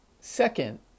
Second